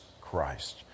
Christ